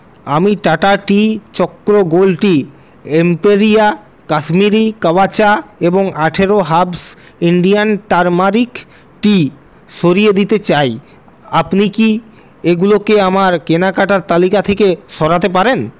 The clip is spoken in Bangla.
আমি Tata tea Chakra gold tea Imperia Kashmiri kahwa চা এবং আঠারো হার্বস ইন্ডিয়ান টারমারিক টি সরিয়ে দিতে চাই আপনি কি এগুলোকে আমার কেনাকাটার তালিকা থেকে সরাতে পারেন